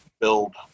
build